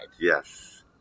Yes